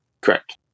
Correct